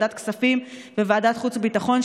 ועדת הכספים וועדת החוץ והביטחון,